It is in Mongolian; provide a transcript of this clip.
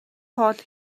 хоол